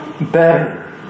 better